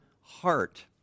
heart